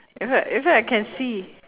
in fact in fact I can see